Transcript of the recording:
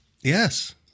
Yes